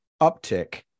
uptick